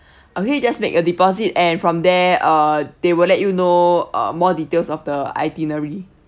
okay just make a deposit and from there uh they will let you know uh more details of the itinerary